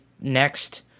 next